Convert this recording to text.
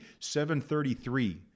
7.33